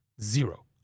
zero